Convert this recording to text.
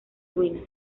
ruinas